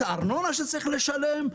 את הארנונה שצריך לשלם?